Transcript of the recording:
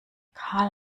karl